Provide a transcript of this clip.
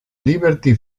liberty